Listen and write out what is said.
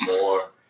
more